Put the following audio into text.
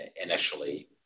initially